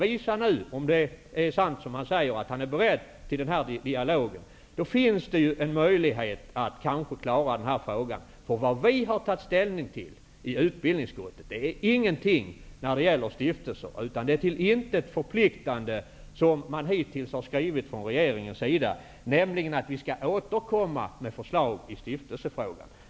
Visa nu om det är sant, som han säger, att han är beredd till en dialog! Då finns det kanske möjlighet att klara denna fråga. Vad vi har tagit ställning till i utbildningsutskottet har ingen befattning med stiftelser. Det som regeringen hittills har skrivit är till intet förpliktande, nämligen att man skall inkomma med förslag i stiftelsefrågan.